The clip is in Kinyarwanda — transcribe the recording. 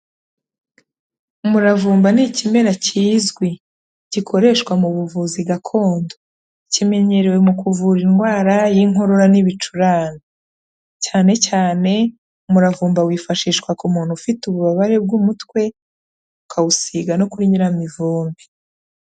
Umuravumba ni ikimera kizwi, gikoreshwa mu buvuzi gakondo, kimenyerewe mu kuvura indwara y'Inkorora n'Ibicurane, cyane cyane umuravumba wifashishwa ku muntu ufite ububabare bw'umutwe ukawusiga no kuri nyiramivumbi.